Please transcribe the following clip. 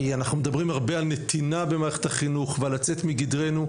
כי אנחנו מדברים הרבה על נתינה במערכת החינוך ועל לצאת מגדרנו.